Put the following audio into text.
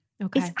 Okay